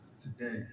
today